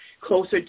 closer